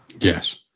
Yes